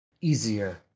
easier